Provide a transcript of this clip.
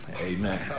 amen